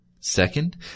Second